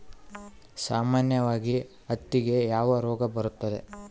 ಸಾಮಾನ್ಯವಾಗಿ ಹತ್ತಿಗೆ ಯಾವ ರೋಗ ಬರುತ್ತದೆ?